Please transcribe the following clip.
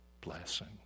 blessing